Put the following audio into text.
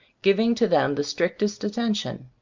giving to them the strictest attention.